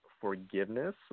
forgiveness